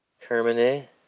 Kermit